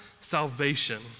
salvation